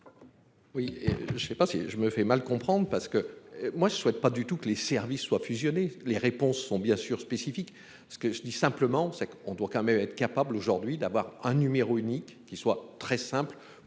Oui et je ne sais pas si je me fait mal comprendre parce que moi je ne souhaite pas du tout que les services soient fusionnées les réponses sont bien sûr spécifique, ce que je dis simplement, c'est qu'on doit quand même être capable aujourd'hui d'avoir un numéro unique qui soit très simple pour